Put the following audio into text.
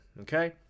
Okay